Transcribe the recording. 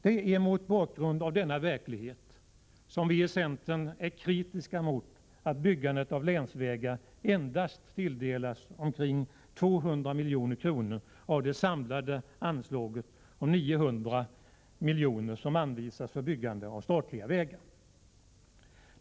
Det är mot bakgrund av denna verklighet som vi i centern är kritiska mot att byggandet av länsvägar endast tilldelas omkring 200 milj.kr. av de sammanlagt 900 milj.kr. som anvisas för byggande av statliga vägar.